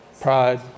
Pride